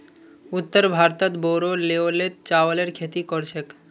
उत्तर भारतत बोरो लेवलत चावलेर खेती कर छेक